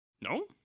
No